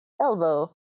elbow